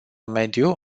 mediu